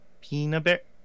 peanut